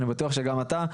ואני בטוח שגם אתה,